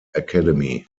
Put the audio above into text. academy